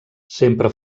sempre